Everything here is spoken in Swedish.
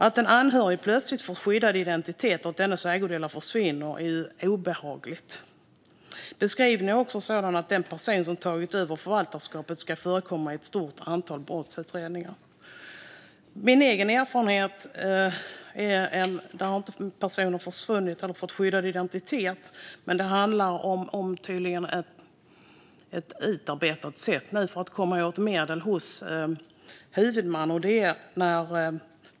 Att en anhörig plötsligt får skyddad identitet och att dennes ägodelar försvinner är obehagligt. Till beskrivningen hör också att den person som tagit över förvaltarskapet ska förekomma i ett stort antal brottsutredningar. Min egen erfarenhet handlar inte om att en person försvunnit eller fått skyddad identitet, utan det handlar om ett tydligen utarbetat sätt för att komma åt medel hos huvudmannen.